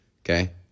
Okay